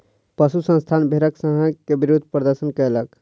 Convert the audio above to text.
पशु संस्थान भेड़क संहार के विरुद्ध प्रदर्शन कयलक